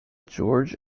george